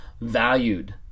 valued